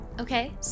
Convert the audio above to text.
Okay